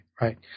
right